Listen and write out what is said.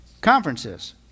conferences